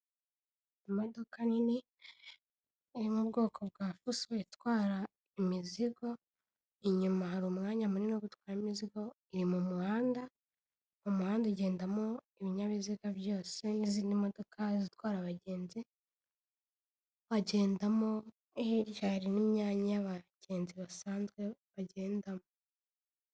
Imodoka nini iri mu bwoko bwa fuso itwara imizigo inyuma hari umwanya munini wo gutwara imizigo iri mu muhanda ugendamo ibinyabiziga byose n'izindi modoka zitwara abagenzi bagendamo hirya hari n'imyanya y'abagenzi basanzwe bagendamo.